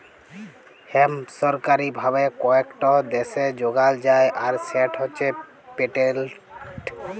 hemp সরকারি ভাবে কয়েকট দ্যাশে যগাল যায় আর সেট হছে পেটেল্টেড